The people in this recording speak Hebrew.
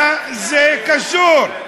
עיסאווי, יצביע עוד מעט, מה זה קשור?